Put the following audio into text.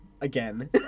again